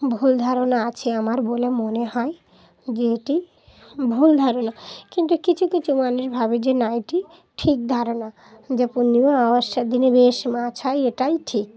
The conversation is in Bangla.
ভুল ধারণা আছে আমার বলে মনে হয় যে এটি ভুল ধারণা কিন্তু কিছু কিছু মানুষ ভাবে যে না এটি ঠিক ধারণা যে পূর্ণিমা অমাবস্যার দিনে বেশ মাছ হয় এটাই ঠিক